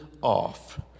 off